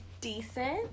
decent